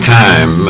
time